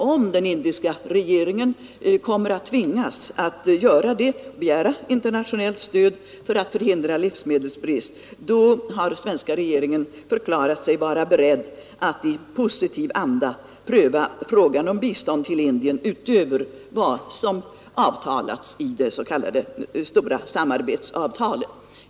Om den indiska regeringen kommer att tvingas att begära internationellt stöd för att förhindra livsmedelsbrist, har den svenska regeringen förklarat sig beredd att i positiv anda pröva frågan om bistånd till Indien utöver vad som avtalats i det s.k. samarbetsavtalet.